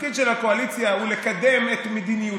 התפקיד של הקואליציה הוא לקדם את מדיניותה.